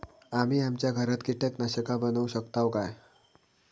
आम्ही आमच्या घरात कीटकनाशका बनवू शकताव काय?